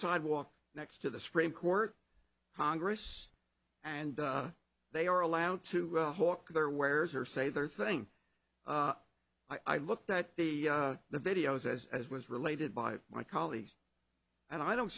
sidewalk next to the supreme court congress and they are allowed to hawk their wares or say their thing i looked at the the video says as was related by my colleagues and i don't